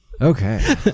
Okay